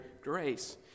grace